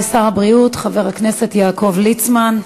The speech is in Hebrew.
תודה רבה לשר הבריאות חבר הכנסת יעקב ליצמן.